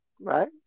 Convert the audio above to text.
right